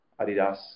Adidas